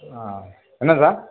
ஆ என்ன சார்